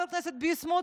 חבר הכנסת ביסמוט?